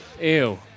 Ew